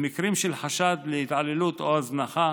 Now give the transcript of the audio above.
במקרים של חשד להתעללות או הזנחה